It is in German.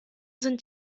sind